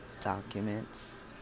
documents